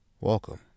Welcome